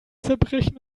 zerbrechen